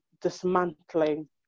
dismantling